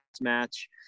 match